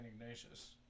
Ignatius